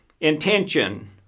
intention